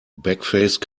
backface